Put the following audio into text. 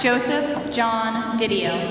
joseph john video